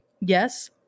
yes